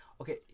Okay